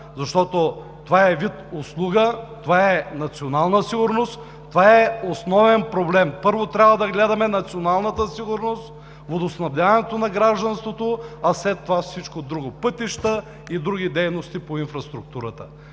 защото това е вид услуга, това е национална сигурност, това е основен проблем. Първо, трябва да гледаме националната сигурност, водоснабдяването на гражданството, а след това всичко друго – пътища и други дейности по инфраструктурата,